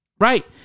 Right